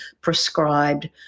prescribed